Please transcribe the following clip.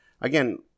again